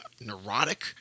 neurotic